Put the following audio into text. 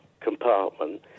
compartment